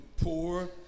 poor